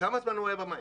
כמה זמן הוא היה במים?